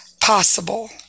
possible